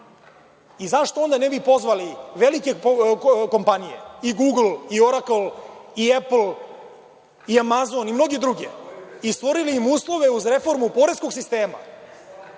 Zašto onda ne bi pozvali velike kompanije, i „Google“ i „Oracle“ i „Apple“ i „Amazon“ i mnoge druge, i stvorili im uslove uz reformu poreskog sistema,